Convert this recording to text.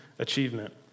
Achievement